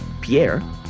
Pierre